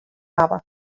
hawwe